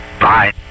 Bye